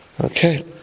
Okay